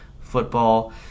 Football